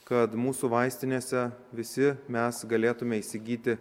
kad mūsų vaistinėse visi mes galėtume įsigyti